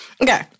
Okay